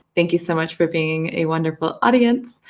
thank you so much for being a wonderful audience,